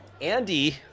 Andy